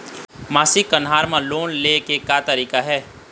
मासिक कन्हार म लोन ले के का तरीका हे?